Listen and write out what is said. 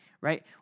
right